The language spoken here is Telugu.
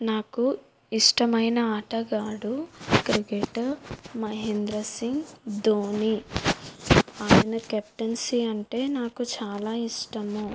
నాకు ఇష్టమైన ఆటగాడు క్రికెటర్ మహేంద్ర సింగ్ ధోని ఆయన కెప్టెన్సీ అంటే నాకు చాలా ఇష్టము